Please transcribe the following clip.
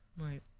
Right